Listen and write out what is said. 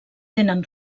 tenen